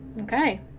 Okay